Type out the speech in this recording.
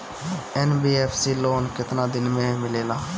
NBFC loan केतना दिन मे मिलेला?